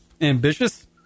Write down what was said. ambitious